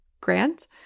grant